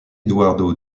eduardo